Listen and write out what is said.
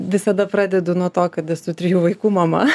visada pradedu nuo to kad esu trijų vaikų mama